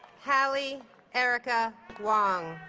hallee erica wong